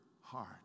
heart